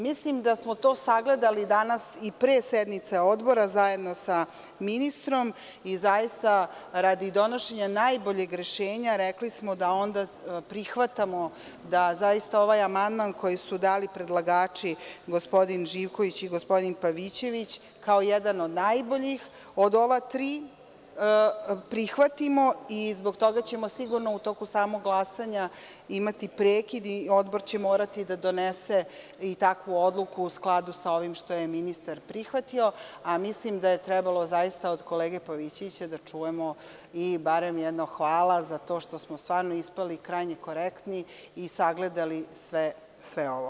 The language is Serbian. Mislim da smo to sagledali i pre sednice Odbora zajedno sa ministrom i radi donošenja najboljeg rešenja rekli smo da prihvatamo da ovaj amandman, koji su dali predlagači, gospodin Živković i gospodin Pavićević, kao jedan od najboljih od ova tri prihvatimo i zbog toga ćemo sigurno, u toku samog glasanja, imati prekid i Odbor će morati da donese takvu odluku u skladu sa ovim što je ministar prihvatio, a mislim da je trebalo od kolege Pavićevića da čujemo i barem jedno hvala zato što smo ispali krajnje korektni i sagledali sve ovo.